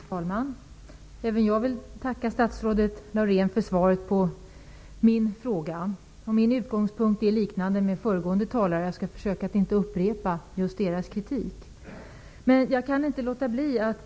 Fru talman! Även jag vill tacka statsrådet Laurén för svaret på min fråga. Min utgångspunkt är densamma som föregående talares. Jag skall försöka att inte upprepa den kritik som de redan framfört.